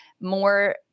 more